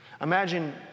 Imagine